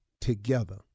together